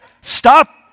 Stop